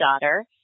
daughter